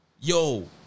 Yo